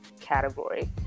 category